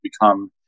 become